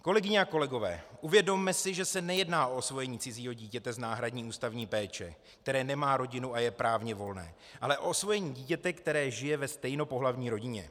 Kolegyně a kolegové, uvědomme si, že se nejedná o osvojení cizího dítěte z náhradní ústavní péče, které nemá rodinu a je právně volné, ale o osvojení dítěte, které žije ve stejnopohlavní rodině.